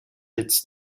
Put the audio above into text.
its